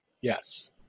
Yes